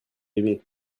aimé